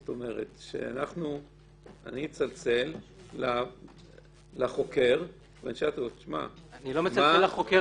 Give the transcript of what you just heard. אני אצלצל לחוקר ואשאל אותו -- אני לא מצלצל לחוקר,